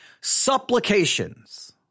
Supplications